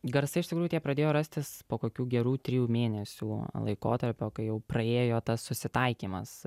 garsai iš tikrųjų tie pradėjo rastis po kokių gerų trijų mėnesių laikotarpio kai jau praėjo tas susitaikymas